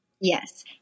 Yes